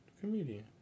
Comedian